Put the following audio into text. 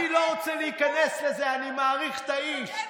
אני לא רוצה להיכנס לזה, אני מעריך את האיש.